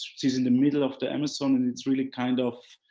she's in the middle of the amazon and it's really kind of,